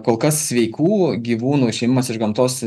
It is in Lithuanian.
kol kas sveikų gyvūnų išėmimas iš gamtos